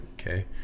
okay